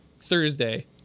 Thursday